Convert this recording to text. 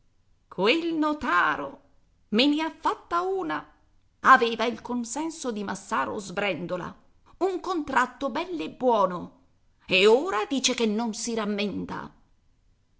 quel notaro me ne ha fatta una aveva il consenso di massaro sbrendola un contratto bell'e buono e ora dice che non si rammenta